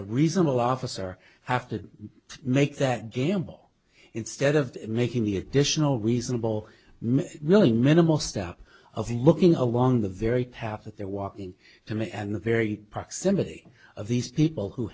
a reasonable officer have to make that gamble instead of making the additional reasonable really minimal step of looking along the very path that they're walking to me and the very proximity of these people who